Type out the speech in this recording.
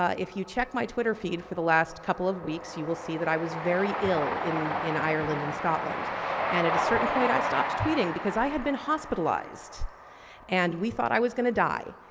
ah if you check my twitter feed for the last couple of weeks, you will see that i was very ill in in ireland and scotland and at a certain point i stopped tweeting because i had been hospitalized and we thought i was going to die.